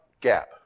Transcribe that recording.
gap